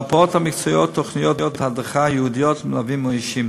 למרפאות המקצועיות יש תוכניות הדרכה ייעודיות למלווים האישיים.